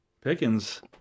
Pickens